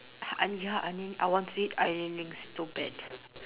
uh oni~ ya onion I want to eat onion rings so bad